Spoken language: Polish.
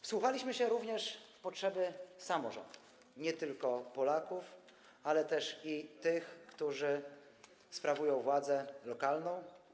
Wsłuchaliśmy się również w potrzeby samorządów, nie tylko Polaków, ale też tych, którzy sprawują władzę lokalną.